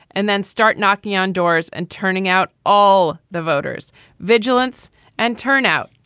and then start knocking on doors and turning out all the voters vigilance and turnout.